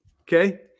Okay